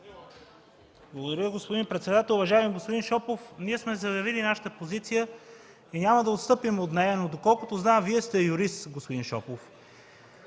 Благодаря, господин председател. Уважаеми господин Шопов, ние сме заявили нашата позиция и няма да отстъпим от нея. Доколкото зная Вие сте юрист, господин Шопов.